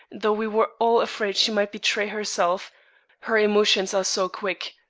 though we were all afraid she might betray herself her emotions are so quick.